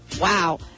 Wow